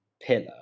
pillar